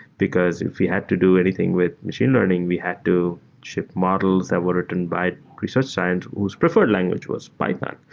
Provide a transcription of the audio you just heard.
because if you had to do anything with machine learning, we had to ship models that were written by research science whose preferred language was python.